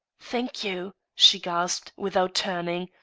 thank you! she gasped, without turning,